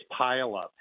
pileup